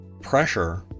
pressure